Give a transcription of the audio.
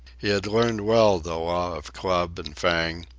he had learned well the law of club and fang,